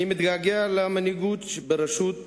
אני מתגעגע למנהיגות בראשות